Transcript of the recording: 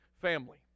family